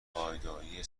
پایداری